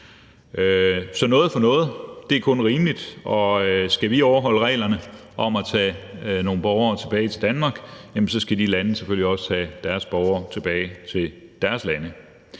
Så noget for noget – det er kun rimeligt. Skal vi overholde reglerne om at tage nogle borgere tilbage til Danmark, så skal de lande selvfølgelig også tage deres borgere tilbage til deres lande.